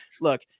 look